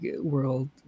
world